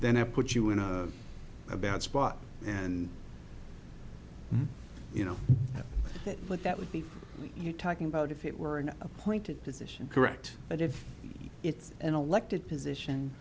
then i put you in a bad spot and you know that but that would be you talking about if it were an appointed position correct but if it's an elected position